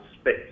space